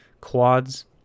quads